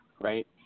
Right